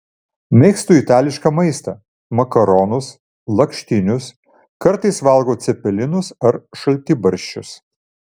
mėgstu itališką maistą makaronus lakštinius kartais valgau cepelinus ar šaltibarščius